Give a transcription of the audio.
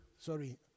Sorry